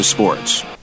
Sports